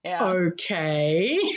okay